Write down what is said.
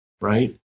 right